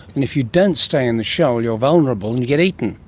and if you don't stay in the shoal you're vulnerable and you get eaten.